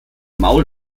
maul